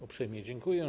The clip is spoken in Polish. Uprzejmie dziękuję.